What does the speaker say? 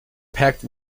packed